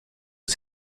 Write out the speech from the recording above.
aux